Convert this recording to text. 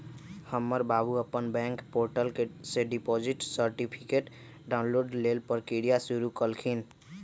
हमर बाबू अप्पन बैंक पोर्टल से डिपॉजिट सर्टिफिकेट डाउनलोड लेल प्रक्रिया शुरु कलखिन्ह